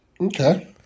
Okay